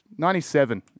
97